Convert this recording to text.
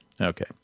Okay